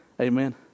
Amen